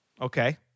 Okay